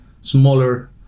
smaller